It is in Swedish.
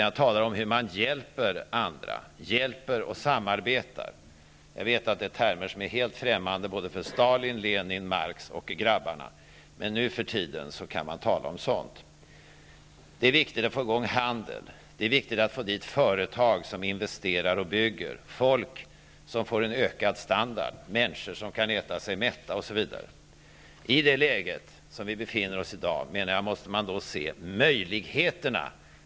Jag talade om hur man skall hjälpa andra och samarbeta med andra. Jag vet att det är termer som är helt främmande för såväl Stalin som Lenin som Marx och de andra grabbarna. Men nu för tiden kan man tala om hjälp och samarbete. Det är viktigt att få i gång handel, att få dit företag som investerar och bygger samt att folk får en ökad standard och kan äta sig mätta. I dagens läge måste man se möjligheterna.